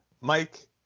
Mike